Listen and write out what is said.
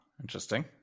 interesting